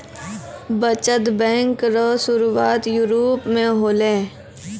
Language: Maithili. बचत बैंक रो सुरुआत यूरोप मे होलै